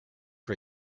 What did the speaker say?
for